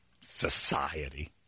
society